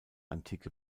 antike